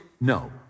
No